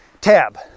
tab